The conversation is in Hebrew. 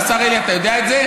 השר אלי, אתה יודע את זה?